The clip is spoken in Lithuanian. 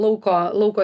lauko lauko